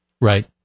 right